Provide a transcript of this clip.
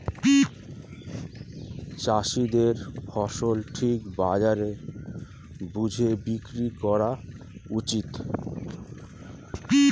চাষীদের ফসল ঠিক বাজার দর বুঝে বিক্রি করা উচিত